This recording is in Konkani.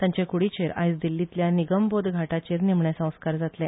तांच्या कुडीचेर आयज दिल्लीतल्या निगमबोध घाटाचेर निमणे संस्कार जातले